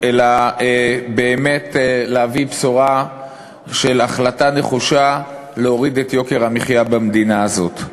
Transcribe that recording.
אלא באמת להביא בשורה של החלטה נחושה להוריד את יוקר המחיה במדינה הזאת.